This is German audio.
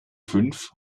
fünf